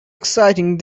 exciting